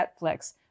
Netflix